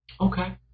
Okay